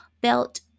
belt